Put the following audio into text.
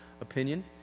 opinion